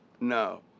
No